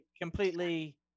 completely